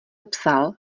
psal